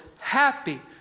happy